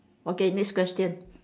okay next question